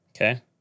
Okay